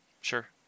sure